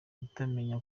kutamenya